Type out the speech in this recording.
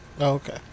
Okay